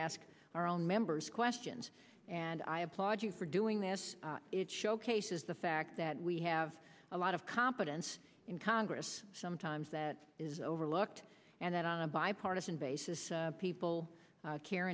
ask our own members questions and i applaud you for doing this it showcases the fact that we have a lot of competence in congress sometimes that is overlooked and that on a bipartisan basis people care